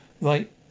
Right